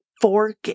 fork